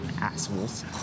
assholes